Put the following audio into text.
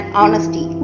honesty